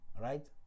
right